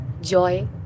joy